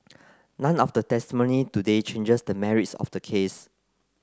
none of the testimony today changes the merits of the case